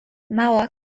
magoak